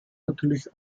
natürlich